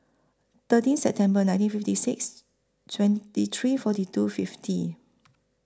thirteen September nineteen fifty six twenty three forty two fifty